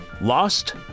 Lost